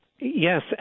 yes